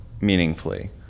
meaningfully